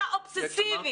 אתה אובססיבי.